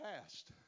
past